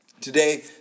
Today